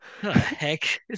Heck